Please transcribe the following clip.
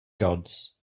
gods